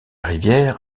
rivière